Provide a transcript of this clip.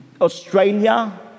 Australia